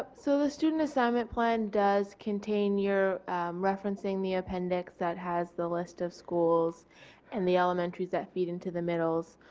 so the student assignment plan does contain, you're referencing the appendix that has the list of schools and the elementaries that feed into the middles.